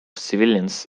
civilians